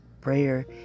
Prayer